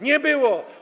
Nie było.